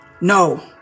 No